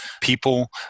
people